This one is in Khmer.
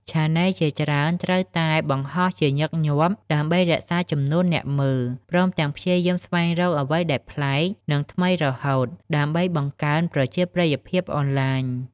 ឆានែលជាច្រើនត្រូវតែបង្ហោះជាញឹកញាប់ដើម្បីរក្សាចំនួនអ្នកមើល ព្រមទាំងព្យាយាមស្វែងរកអ្វីដែលប្លែក និងថ្មីរហូតដើម្បីបង្កើនប្រជាប្រិយភាពអនឡាញ។